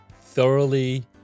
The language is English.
thoroughly